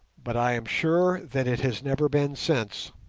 but i am sure that it has never been since.